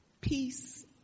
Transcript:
Peace